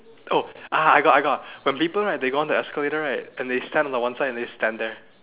oh ah I got got when people right they go up the escalator right and they stand on the one side and they stand there